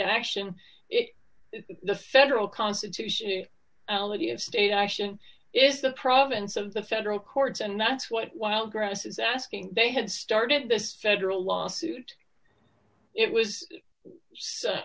action the federal constitution already of state action is the province of the federal courts and that's what while grass is asking they had started this federal lawsuit it was